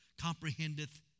comprehendeth